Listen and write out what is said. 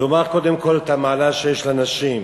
לומר קודם כול את המעלה שיש לנשים.